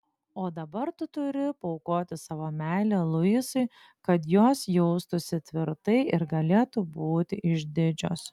o dabar tu turi paaukoti savo meilę luisui kad jos jaustųsi tvirtai ir galėtų būti išdidžios